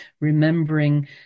remembering